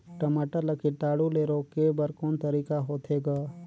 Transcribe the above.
टमाटर ला कीटाणु ले रोके बर को तरीका होथे ग?